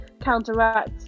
counteract